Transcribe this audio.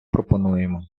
пропонуємо